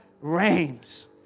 reigns